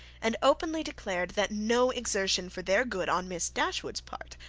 and openly declared that no exertion for their good on miss dashwood's part,